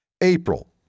April